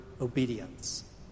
obedience